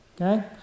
okay